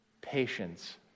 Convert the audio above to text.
patience